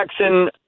Jackson